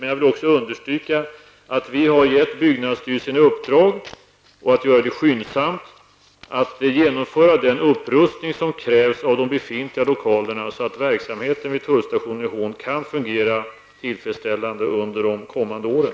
Men jag vill också understryka att regeringen har gett byggnadsstyrelsen i uppdrag att skyndsamt genomföra den upprustning som krävs av den befintliga lokalerna så att verksamheten vid tullstationen i Hån kan fungera tillfredsställande under de kommande åren.